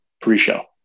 pre-show